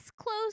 close